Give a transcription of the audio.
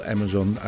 Amazon